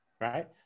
right